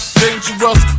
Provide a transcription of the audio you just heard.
dangerous